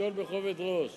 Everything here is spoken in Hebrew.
לשקול בכובד ראש